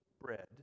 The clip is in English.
bread